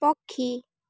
ପକ୍ଷୀ